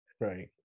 Right